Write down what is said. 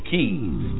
Keys